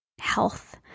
health